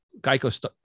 Geico